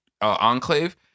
enclave